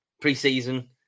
pre-season